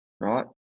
right